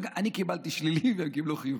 אני קיבלתי שלילי והם קיבלו חיובי.